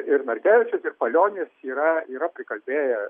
ir markevičius ir palionis yra yra prikalbėję